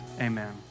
amen